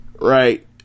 right